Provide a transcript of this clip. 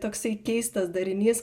toksai keistas darinys